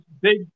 Big